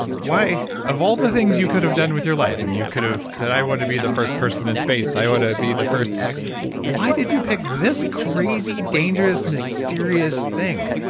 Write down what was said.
why? of all the things you could have done with your life. and you could have said, i want to be the first person in space. i want ah to be the first x, why did you pick this crazy, dangerous, mysterious thing?